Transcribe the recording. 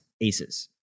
Aces